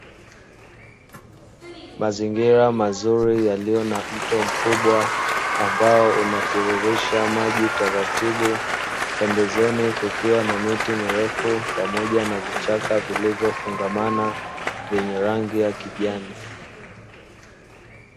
Mazingira mazuri yaliyo na mto mkubwa ambao unatiririsha maji taratibu, pembezoni kukiwa na miti mirefu pamoja na vichaka vilivyo fungamana vyenye rangi ya kijani.